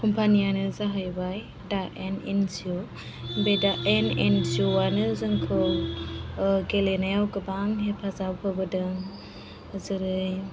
company आनो जाहैबाय दा एन एन जि अ' बे दा एन एन जि अ' आनो जोंखौ गेलेनायाव गोबां हेफाजाब होबोदों जेरै